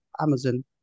Amazon